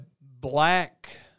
black